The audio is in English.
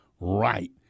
right